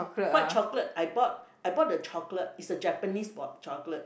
white chocolate I bought I bought the chocolate is the Japanese bought chocolate